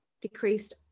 decreased